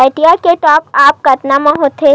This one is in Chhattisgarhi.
आईडिया के टॉप आप कतका म होथे?